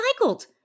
recycled